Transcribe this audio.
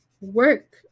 work